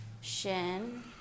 shin